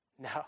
No